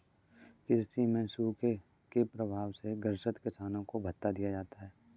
कृषि में सूखे के प्रभाव से ग्रसित किसानों को भत्ता दिया जाता है